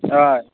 ꯑꯥ